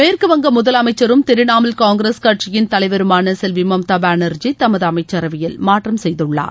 மேற்குவங்க முதலமைச்சரும் திரிணாமுல் காங்கிரஸ் கட்சியின் தலைவருமான செல்வி மம்தா பானர்ஜி தமது அமைச்சரவையில் மாற்றம் செய்துள்ளார்